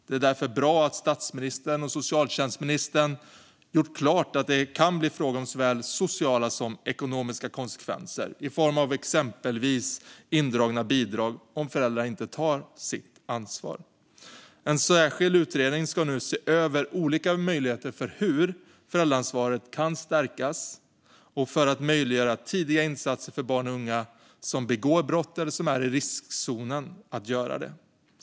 Det är därför bra att statsministern och socialtjänstministern har gjort klart att det kan bli fråga om såväl sociala som ekonomiska konsekvenser i form av exempelvis indragna bidrag om föräldrar inte tar sitt ansvar. En särskild utredning ska nu se över olika möjligheter att stärka föräldraansvaret och möjliggöra tidiga insatser för barn och unga som begår brott eller som är i riskzonen att göra det.